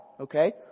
okay